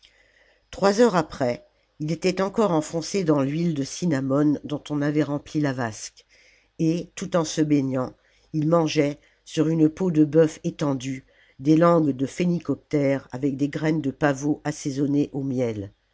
trois heures après il était encore enfoncé dans l'huile de cinnamome dont on avait rempli la vasque et tout en se baignant il mangeait sur une peau de bœuf étendue des langues de phénicoptères avec des graines de pavot assaisonnées au miel